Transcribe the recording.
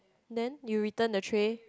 then you return the tray